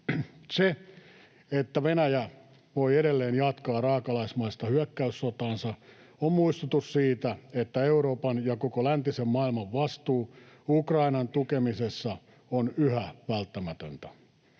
Se, että Venäjä voi edelleen jatkaa raakalaismaista hyökkäyssotaansa, on muistutus siitä, että Euroopan ja koko läntisen maailman vastuu Ukrainan tukemisessa on yhä välttämätöntä.